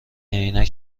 عینک